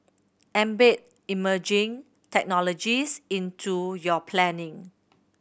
embed emerging technologies into your planning